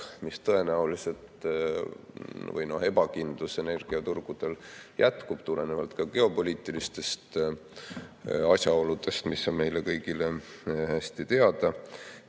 tõenäoliselt energiaturgudel jätkub, tulenevalt ka geopoliitilistest asjaoludest, mis on meile kõigile hästi teada.